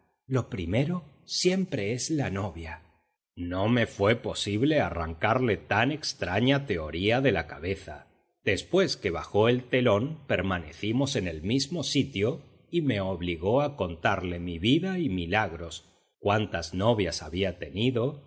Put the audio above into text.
lo primero siempre es la novia no me fue posible arrancarle tan extraña teoría de la cabeza después que bajó el telón permanecimos en el mismo sitio y me obligó a contarle mi vida y milagros cuántas novias había tenido